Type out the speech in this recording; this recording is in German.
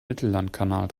mittellandkanal